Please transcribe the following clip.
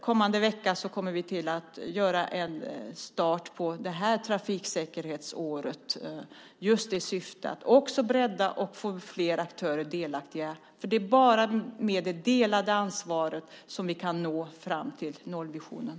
Kommande vecka kommer vi att göra en start på det här trafiksäkerhetsåret just i syfte att bredda och få fler aktörer delaktiga. Det är bara med det delade ansvaret som vi kan nå fram till nollvisionen.